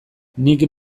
nik